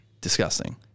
Disgusting